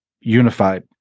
unified